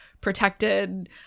protected